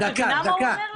את מבינה מה הוא אומר לך?